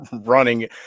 running